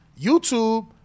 YouTube